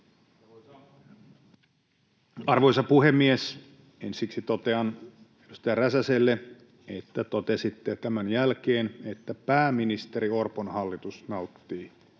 Arvoisa puhemies! Ensiksi totean edustaja Räsäselle, että totesitte tämän jälkeen, että pääministeri Orpon hallitus nauttii